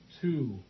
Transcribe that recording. two